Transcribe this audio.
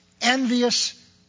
envious